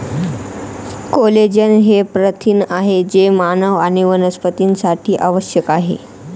collagen हे प्रथिन आहे जे मानव आणि वनस्पतींसाठी आवश्यक आहे